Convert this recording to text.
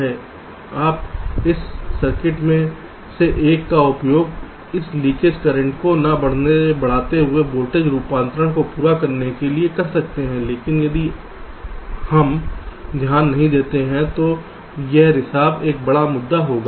तोइस circuit में हमारे पास एकल सप्लाई वोल्टेज है आप इस सर्किट में से एक का उपयोग इस लीकेज करंट को न बढ़ाते हुए वोल्टेज रूपांतरण को पूरा करने के लिए कर सकते हैं क्योंकि यदि हम ध्यान नहीं देते हैं तो यह रिसाव एक बड़ा मुद्दा होगा